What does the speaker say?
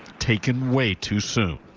taken way too soon.